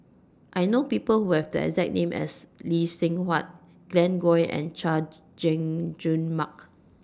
I know People Who Have The exact name as Lee Seng Huat Glen Goei and Chay Jung Jun Mark